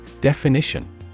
Definition